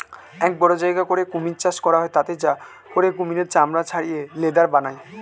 এক বড় জায়গা করে কুমির চাষ করা হয় যাতে করে কুমিরের চামড়া ছাড়িয়ে লেদার বানায়